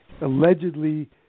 Allegedly